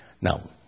Now